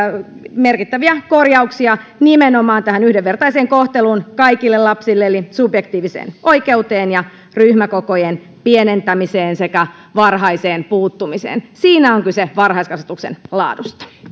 merkittäviä korjauksia nimenomaan tähän yhdenvertaiseen kohteluun kaikille lapsille eli subjektiiviseen oikeuteen ja ryhmäkokojen pienentämiseen sekä varhaiseen puuttumiseen siinä on kyse varhaiskasvatuksen laadusta